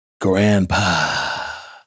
grandpa